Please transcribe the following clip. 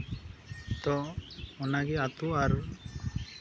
ᱛᱚ ᱚᱱᱟ ᱜᱮ ᱟᱛᱳ ᱟᱨ